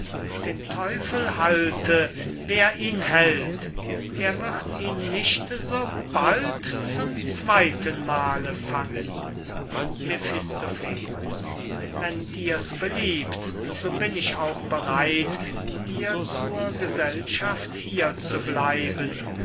den teufel halte wer ihn hält er wird ihn nicht sobald zum zweytenmale fangen mephistopheles wenn dir's beliebt so bin ich auch bereit dir zur gesellschaft hier zu bleiben